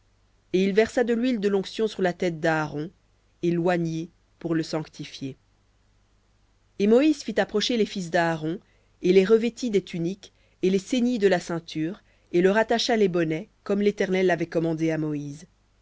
et il versa de l'huile de l'onction sur la tête d'aaron et l'oignit pour le sanctifier v et moïse fit approcher les fils d'aaron et les revêtit des tuniques et les ceignit de la ceinture et leur attacha les bonnets comme l'éternel l'avait commandé à moïse